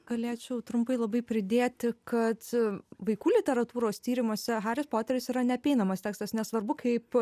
galėčiau trumpai labai pridėti kad vaikų literatūros tyrimuose haris poteris yra neapeinamas tekstas nesvarbu kaip